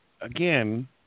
again